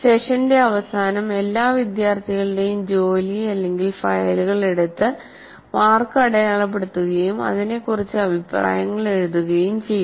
സെഷന്റെ അവസാനം എല്ലാ വിദ്യാർത്ഥികളുടെയും ജോലി ഫയലുകൾ എടുത്ത് മാർക്ക് അടയാളപ്പെടുത്തുകയും അതിനെക്കുറിച്ച് അഭിപ്രായങ്ങൾ എഴുതുകയും ചെയ്യുന്നു